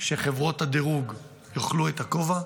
שחברות הדירוג יאכלו את הכובע.